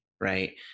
right